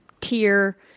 tier